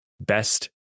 best